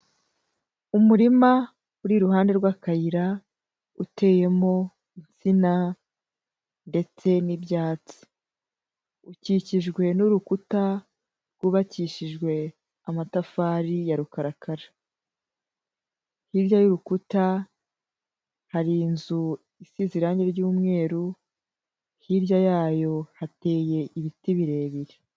Umurima uri iruhande rw'akayira, uteyemo insina ndetse n'ibyatsi, ukikijwe n'urukuta rwubakishijwe amatafari ya rukarakara, hirya y'urukuta hari inzu isize irange ry'umweru, hirya yayo hateye ibiti birebire.